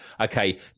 okay